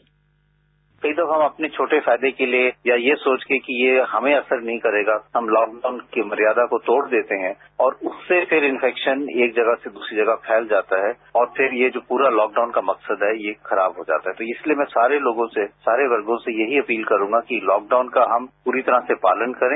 bite कई दफा हम अपने छोटे फायदे के लिए या ये सोच कि ये हमें असर नहीं करेगा हम लॉकडाउन की मर्यादा को तोड़ देते हैं और उससे फिर इंफेक्शन एक जगह से दूसरी जगह फैल जाता है और फिर ये जो पूरा लॉकडाउन का मकसद है ये खराब हो जाता है तो इसलिए मैं सारे लोगों से सारे वर्गों से यही अपील करूंगा कि लॉकडाउन का हम पूरी तरह से पालन करें